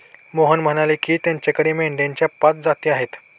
मोहन म्हणाले की, त्याच्याकडे मेंढ्यांच्या पाच जाती आहेत